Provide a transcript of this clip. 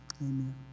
Amen